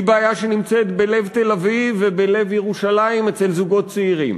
היא בעיה שנמצאת בלב תל-אביב ובלב ירושלים אצל זוגות צעירים,